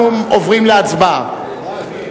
אנחנו עוברים להצבעה.